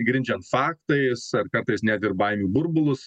grindžiant faktais ar kartais net ir baimių burbulus